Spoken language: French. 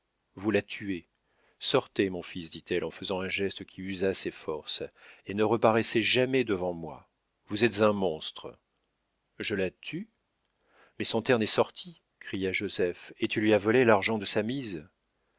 vous la tuez sortez mon fils dit-elle en faisant un geste qui usa ses forces et ne reparaissez jamais devant moi vous être un monstre je la tue mais son terne est sorti cria joseph et tu lui as volé l'argent de sa mise